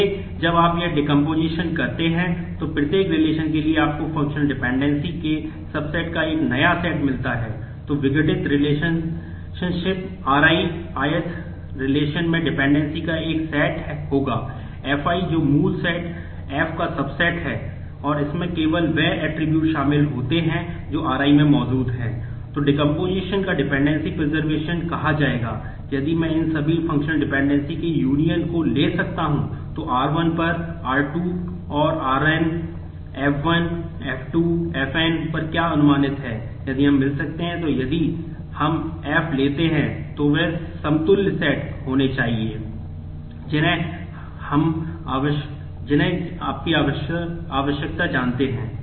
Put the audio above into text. इसलिए जब आप यह डेकोम्पोसिशन होने चाहिए जिन्हें हम आवश्यकता जानते हैं